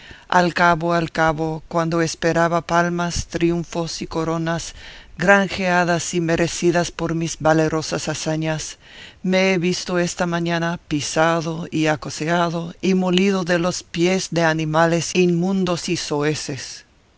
al cabo al cabo cuando esperaba palmas triunfos y coronas granjeadas y merecidas por mis valerosas hazañas me he visto esta mañana pisado y acoceado y molido de los pies de animales inmundos y soeces